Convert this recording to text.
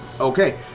Okay